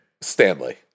Stanley